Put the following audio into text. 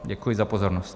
Děkuji za pozornost.